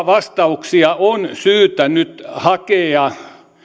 vastauksia on syytä nyt hakea